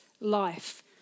life